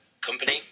company